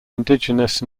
indigenous